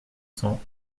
cents